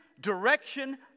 direction